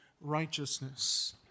righteousness